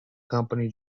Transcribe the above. company